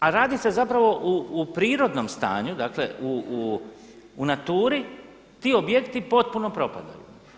A radi se zapravo u prirodnom stanju, dakle u naturi ti objekti potpuno propadaju.